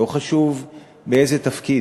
לא חשוב מאיזה תפקיד,